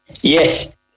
Yes